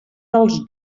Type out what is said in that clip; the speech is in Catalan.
dels